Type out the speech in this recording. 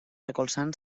recolzant